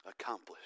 accomplished